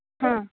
आम्